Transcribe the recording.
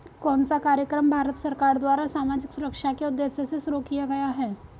कौन सा कार्यक्रम भारत सरकार द्वारा सामाजिक सुरक्षा के उद्देश्य से शुरू किया गया है?